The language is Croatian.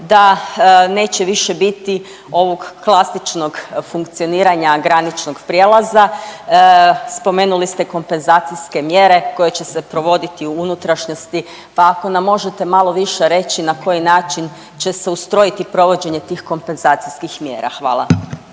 da neće više biti ovog klasičnog funkcioniranja graničnog prijelaza, spomenuli ste kompenzacijske mjere koje će se provoditi u unutrašnjosti pa ako nam možete malo više reći na koji način će se ustrojiti provođenje tih kompenzacijskih mjera. Hvala.